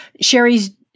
Sherry's